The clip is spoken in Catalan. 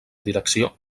direcció